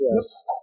Yes